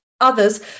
others